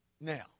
Now